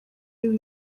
biba